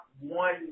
one